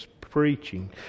preaching